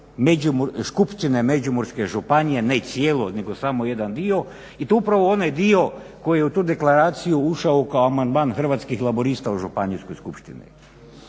Skupštine Međimurske županije, ne cijelo nego samo jedan dio i to upravo onaj dio koji je u tu deklaraciju ušao kao amandman Hrvatskih laburista u Županijskoj skupštini.